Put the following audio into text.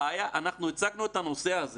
אנחנו הצגנו את הנושא הזה